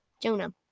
jonah